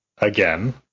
again